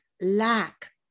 lack